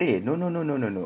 eh no no no no no